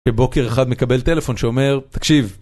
בבוקר אחד מקבל טלפון שאומר, תקשיב.